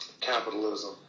capitalism